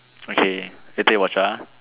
okay later you watch her ah